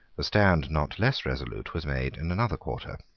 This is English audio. a stand not less resolute was made in another quarter.